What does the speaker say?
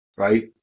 Right